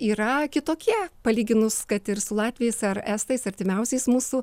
yra kitokie palyginus kad ir su latviais ar estais artimiausiais mūsų